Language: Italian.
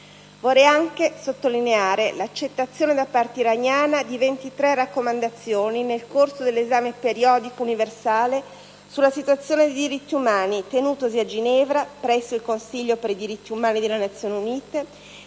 Vorrei anche sottolineare l'accettazione da parte iraniana di 23 raccomandazioni nel corso dell'Esame periodico universale sulla situazione dei diritti umani tenutosi a Ginevra, presso il Consiglio per i diritti umani delle Nazioni Unite,